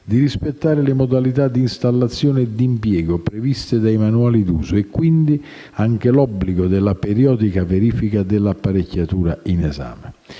di rispettare le modalità di installazione e di impiego previste dai manuali d'uso e, quindi, anche l'obbligo della verifica periodica dell'apparecchiatura in esame.